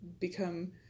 become